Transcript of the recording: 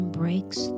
breaks